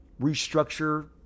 restructure